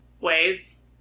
ways